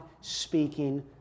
speaking